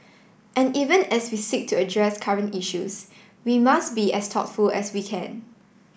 and even as we seek to address current issues we must be as thoughtful as we can